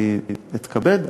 אני אתכבד,